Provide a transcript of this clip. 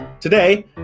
Today